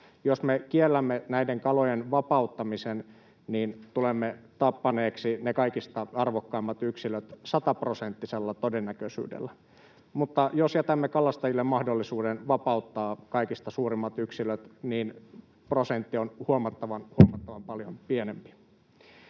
Jos me kiellämme näiden kalojen vapauttamisen, niin tulemme tappaneeksi ne kaikista arvokkaimmat yksilöt sataprosenttisella todennäköisyydellä, mutta jos jätämme kalastajille mahdollisuuden vapauttaa kaikista suurimmat yksilöt, niin prosentti on huomattavan paljon pienempi.